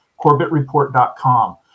CorbettReport.com